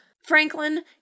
Franklin